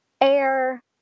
air